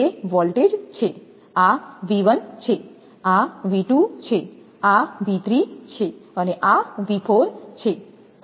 તે વોલ્ટેજ છે આ 𝑉1 છે આ 𝑉2 છે આ 𝑉3 છે અને આ 𝑉4 છે